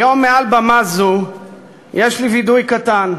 היום מעל במה זו יש לי וידוי קטן: